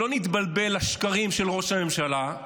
שלא נתבלבל מהשקרים של ראש הממשלה,